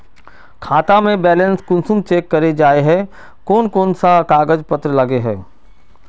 खाता में बैलेंस कुंसम चेक करे जाय है कोन कोन सा कागज पत्र लगे है?